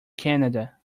canada